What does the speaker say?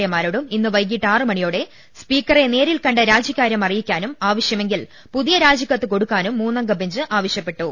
എമാരോടും ഇന്ന് വൈകീട്ട് ആറു മണി യോടെ സ്പീക്കറെ നേരിൽ കണ്ട് രാജിക്കാര്യം അറിയിക്കാനും ആവശ്യമെ ങ്കിൽ പുതിയ രാജിക്കത്ത് കൊടുക്കാനും മൂന്നംഗ ബെഞ്ച് ആവശ്യപ്പെട്ടു